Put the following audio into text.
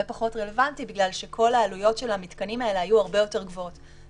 פחות רלוונטי בגלל שכל העלויות של המתקנים האלה היו הרבה יותר גבוהות.